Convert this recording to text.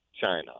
China